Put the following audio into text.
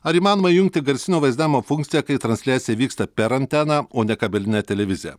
ar įmanoma jungti garsinio vaizdavimo funkciją kai transliacija vyksta per anteną o ne kabelinę televiziją